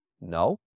No